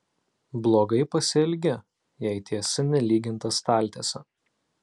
blogai pasielgi jei tiesi nelygintą staltiesę